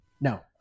No